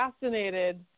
fascinated